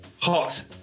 hot